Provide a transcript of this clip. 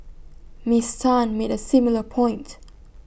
miss Tan made A similar point